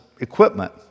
equipment